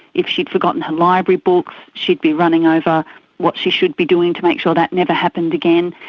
if she'd forgotten her library books, she'd be running over what she should be doing to make sure that never happened again.